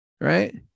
Right